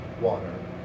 water